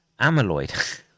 amyloid